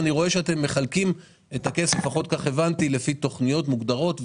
אני רואה שאתם מחלקים את הכסף לפי תוכניות מוגדרות.